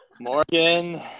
Morgan